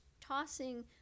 tossing